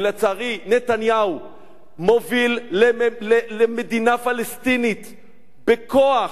ולצערי, נתניהו מוביל למדינה פלסטינית בכוח,